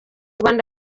rwanda